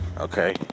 Okay